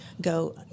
go